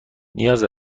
نیاز